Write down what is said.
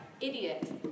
idiot